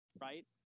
right